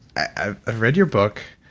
i've i've read your book.